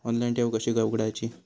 Online ठेव कशी उघडायची?